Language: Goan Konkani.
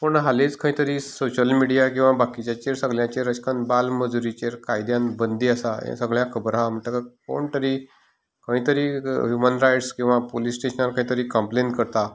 पूण हालींच खंयतरी सोशल मिडिया किंवा बाकीचेर सगल्याचेर अशें कन्न बालमजुरीचेर कायद्यान बंदी आसा हें सगल्यांक खबर आसा म्हणटकच कोणतरी खंयतरी ह्युमन रायट्स किंवा पुलीस स्टेशनार खंयतरी कंम्प्लेन करता